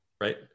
right